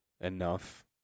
enough